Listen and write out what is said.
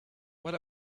what